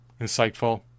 insightful